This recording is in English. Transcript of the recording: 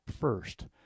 first